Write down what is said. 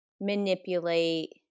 manipulate